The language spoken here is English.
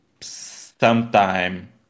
sometime